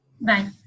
Bye